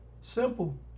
Simple